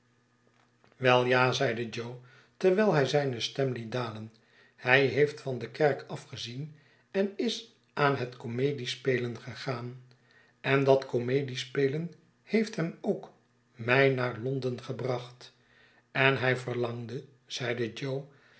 wei ja zeide jo terwijl lay zijne stem liet dalen h'y heeft van de kerk afgezien en is aan het comediespelen gegaan en dat comediespelen heeft hem ook met mij naar londen gebracht en hij verlangde zeide jo